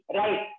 right